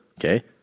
Okay